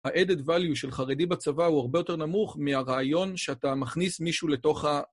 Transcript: ה-added value של חרדי בצבא הוא הרבה יותר נמוך מהרעיון שאתה מכניס מישהו לתוך ה...